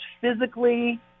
physically